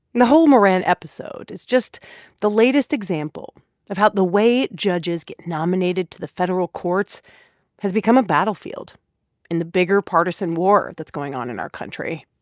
the whole moran episode is just the latest example of how the way judges get nominated to the federal courts has become a battlefield in the bigger partisan war that's going on in our country.